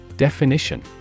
Definition